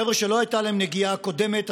חבר'ה שלא הייתה להם נגיעה קודמת,